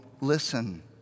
listen